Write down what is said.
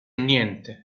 niente